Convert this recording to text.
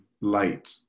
light